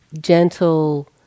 gentle